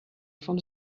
from